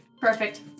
perfect